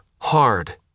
hard